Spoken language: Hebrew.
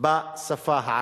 בשפה הערבית.